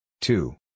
Two